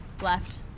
Left